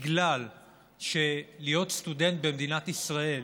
בגלל שלהיות סטודנט במדינת ישראל,